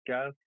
Gas